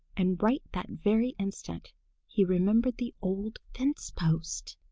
and right that very instant he remembered the old fence-post!